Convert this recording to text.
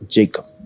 Jacob